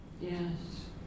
Yes